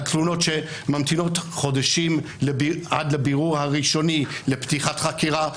על תלונות שממתינות חודשים עד לבירור הראשוני לפתיחת חקירה.